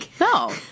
No